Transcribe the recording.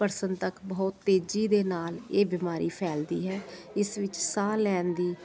person ਤੱਕ ਬਹੁਤ ਤੇਜ਼ੀ ਦੇ ਨਾਲ ਇਹ ਬਿਮਾਰੀ ਫੈਲਦੀ ਹੈ ਇਸ ਵਿੱਚ ਸਾਹ ਲੈਣ ਦੀ